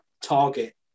target